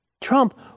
Trump